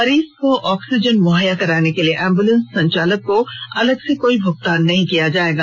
मरीज को ऑक्सीजन मुहैया कराने के लिए एंबुलेंस संचालक को अलग से कोई भुगतान नहीं किया जाएगा